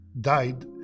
died